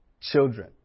children